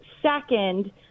second